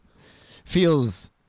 Feels